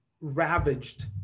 ravaged